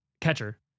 Catcher